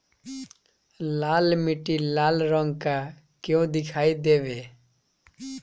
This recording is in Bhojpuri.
लाल मीट्टी लाल रंग का क्यो दीखाई देबे?